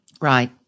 Right